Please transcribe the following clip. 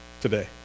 today